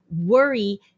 worry